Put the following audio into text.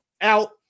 out